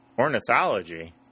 Ornithology